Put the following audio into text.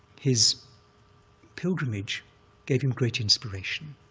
his pilgrimage gave him great inspiration.